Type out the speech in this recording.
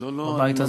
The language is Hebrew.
בבית הזה.